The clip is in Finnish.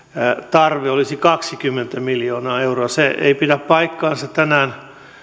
tarve olisi kaksikymmentä miljoonaa euroa se ei pidä paikkaansa tänään